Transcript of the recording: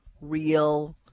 real